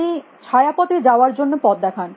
ছাত্র তিনি ছায়াপথে যাওয়ার জন্য পথ দেখান